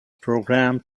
programmed